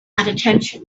attention